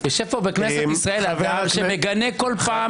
יושב פה בכנסת ישראל ח"כ שמגנה כל פעם